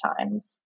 times